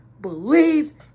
believed